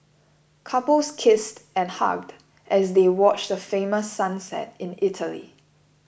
couples kissed and hugged as they watch the famous sunset in Italy